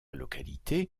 localité